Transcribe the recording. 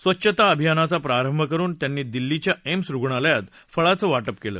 स्वच्छता अभियानाचा प्रारंभ करुन त्यांनी दिल्लीच्या एम्स रुग्णालयात फळाचं वाटप केलं